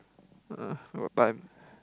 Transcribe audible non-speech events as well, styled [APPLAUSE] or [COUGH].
[NOISE] where got time